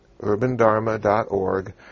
urbandharma.org